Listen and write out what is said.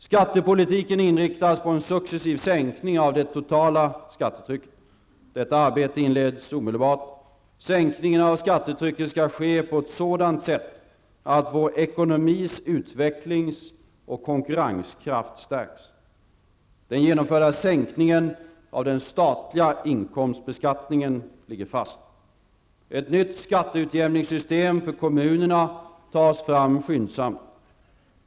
Skattepolitiken inriktas på en successiv sänkning av det totala skattetrycket. Detta arbete inleds omedelbart. Sänkningen av skattetrycket skall ske på ett sådant sätt att vår ekonomis utvecklings och konkurrenskraft stärks. Den genomförda sänkningen av den statliga inkomstbeskattningen ligger fast. Ett nytt skatteutjämningssystem för kommunen tas fram skyndsamt.